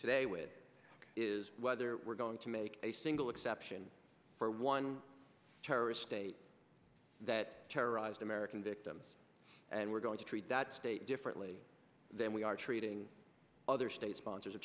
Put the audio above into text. today which is whether we're going to make a single exception for one terrorist state that terrorized american victims and we're going to treat that state differently then we are treating other state sponsors of